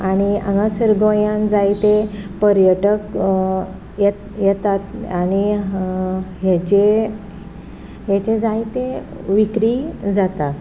आनी हांगासर गोंयान जायते पर्यटक येतात आनी हेजे हेजे जायती विक्री जाता